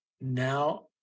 now